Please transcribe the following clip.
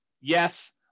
Yes